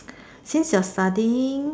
since you're studying